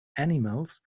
animals